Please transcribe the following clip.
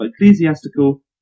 ecclesiastical